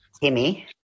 Timmy